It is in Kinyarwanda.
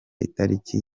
itariki